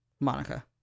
Monica